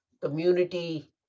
community